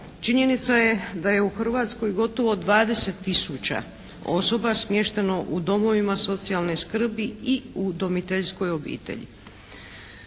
Činjenica je da je u Hrvatskoj gotovo 20 tisuća osoba smješteno u domovima socijalne skrbi i u udomiteljskoj obitelji.